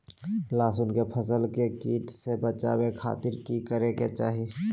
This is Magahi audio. लहसुन के फसल के कीट से बचावे खातिर की करे के चाही?